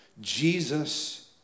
Jesus